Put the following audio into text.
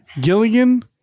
Gilligan